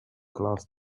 glass